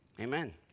Amen